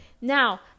Now